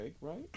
Right